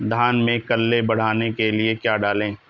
धान में कल्ले बढ़ाने के लिए क्या डालें?